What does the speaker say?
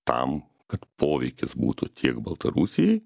tam kad poveikis būtų tiek baltarusijai